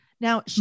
Now